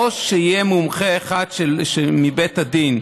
או שיהיה מומחה אחד מבית הדין.